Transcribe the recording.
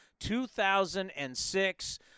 2006